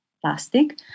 Plastic